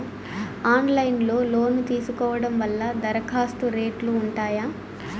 Online లో loan తీసుకోవడం వల్ల దరఖాస్తు రేట్లు ఉంటాయా?